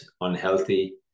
unhealthy